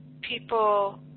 people